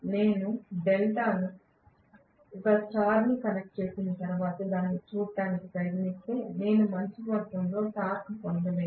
నేను డెల్టాను ఒక స్టార్ ని కనెక్ట్ చేసిన తర్వాత దాన్ని చూడటానికి ప్రయత్నిస్తే నేను మంచి మొత్తంలో టార్క్ పొందలేను